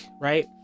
right